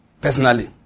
personally